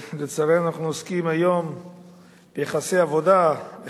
היום שמעתי פה הרבה דברים של מתק